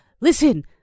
listen